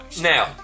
now